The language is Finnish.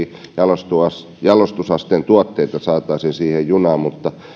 jalostusasteen jalostusasteen tuotteita saataisiin junaan mutta